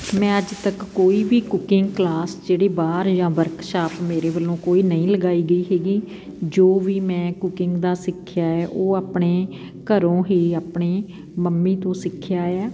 ਮੈਂ ਅੱਜ ਤੱਕ ਕੋਈ ਵੀ ਕੂਕਿੰਗ ਕਲਾਸ ਜਿਹੜੀ ਬਾਹਰ ਜਾਂ ਵਰਕਸ਼ਾਪ ਮੇਰੇ ਵਲੋਂ ਕੋਈ ਨਹੀਂ ਲਗਾਈ ਗਈ ਹੈਗੀ ਜੋ ਵੀ ਮੈਂ ਕੂਕਿੰਗ ਦਾ ਸਿੱਖਿਆ ਹੈ ਉਹ ਅਪਣੇ ਘਰੋਂ ਹੀ ਆਪਣੀ ਮੰਮੀ ਤੋਂ ਸਿੱਖਿਆ ਆ